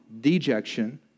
dejection